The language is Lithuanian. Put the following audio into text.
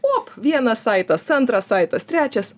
op vienas saitas antras saitas trečias